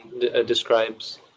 describes